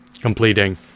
completing